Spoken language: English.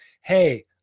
hey